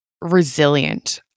resilient